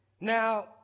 Now